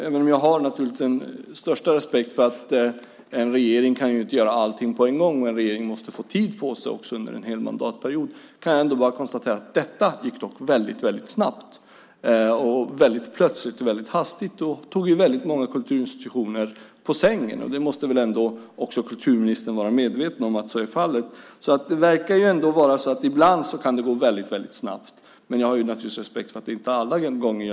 Även om jag har största respekt för att en regering inte kan göra allting på en gång - en regering måste få tid på sig under en hel mandatperiod - kan jag konstatera att detta gick väldigt snabbt, väldigt plötsligt och väldigt hastigt. Det tog väldigt många kulturinstitutioner på sängen. Det måste väl ändå också kulturministern vara medveten om är fallet. Det verkar vara som att det ibland kan gå väldigt snabbt, men jag har naturligtvis respekt för att det inte gör det alla gånger.